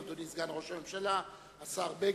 אדוני סגן ראש הממשלה השר בגין,